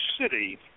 city